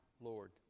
Lord